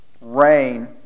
rain